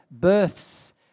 births